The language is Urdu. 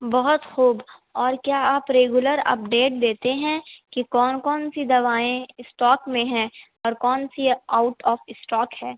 بہت خوب اور کیا آپ ریگولر اپڈیٹ دیتے ہیں کہ کون کون سی دوائیں اسٹاک میں ہیں اور کون سی آؤٹ آف اسٹاک ہے